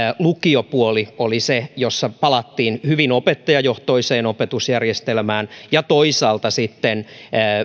lukiopuoli oli se jossa palattiin hyvin opettajajohtoiseen opetusjärjestelmään ja toisaalta sitten